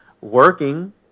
working